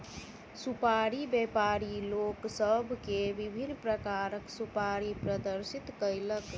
सुपाड़ी व्यापारी लोक सभ के विभिन्न प्रकारक सुपाड़ी प्रदर्शित कयलक